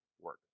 Work